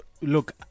Look